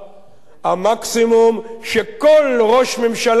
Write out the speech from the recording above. המקסימום שכל ראש ממשלה בישראל